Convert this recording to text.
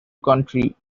country